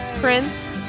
Prince